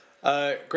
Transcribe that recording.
Great